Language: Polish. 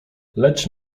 lecz